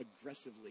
aggressively